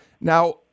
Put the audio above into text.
now